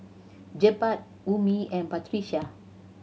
Jebat Ummi and Batrisya